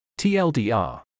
TLDR